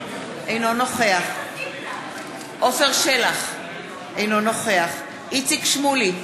אינו נוכח עפר שלח, אינו נוכח איציק שמולי,